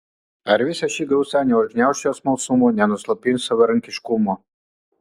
ar visa ši gausa neužgniauš jo smalsumo nenuslopins savarankiškumo